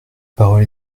parole